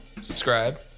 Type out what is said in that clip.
subscribe